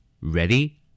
ready